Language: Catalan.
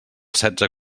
setze